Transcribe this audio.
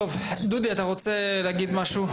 דודי אתה רוצה להגיד משהו?